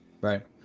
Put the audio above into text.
right